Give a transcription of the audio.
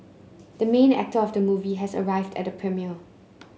the main actor of the movie has arrived at the premiere